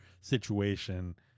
situation